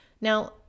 Now